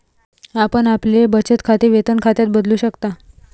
आपण आपले बचत खाते वेतन खात्यात बदलू शकता